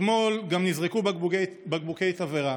אתמול גם נזרקו בקבוקי תבערה.